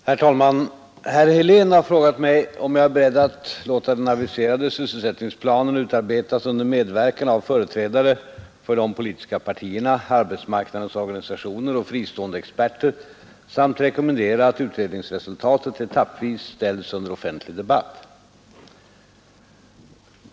Herr talman! Herr Helén har frågat mig om jag är beredd att låta den aviserade sysselsättningsplanen utarbetas under medverkan av företrädare för de politiska partierna, arbetsmarknadens organisationer och fristående experter samt rekommendera att utredningsresultatet etappvis ställs under offentlig debatt.